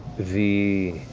the